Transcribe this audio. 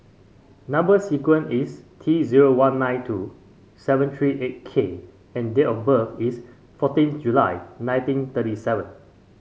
number sequence is T zero one nine two seven three eight K and date of birth is fourteen July nineteen thirty seven